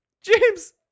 James